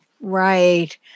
Right